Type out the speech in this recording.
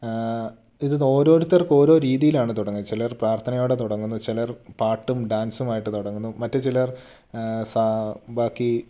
ഇത് ഓരോരുത്തർക്കും ഓരോ രീതിയിലാണ് തുടങ്ങിയത് ചിലർ പ്രാർത്ഥനയോടെ തുടങ്ങുന്നു ചിലർ പാട്ടും ഡാൻസും ആയിട്ട് തുടങ്ങുന്നു മറ്റു ചിലർ ബാക്കി